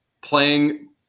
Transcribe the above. playing